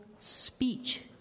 speech